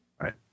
Right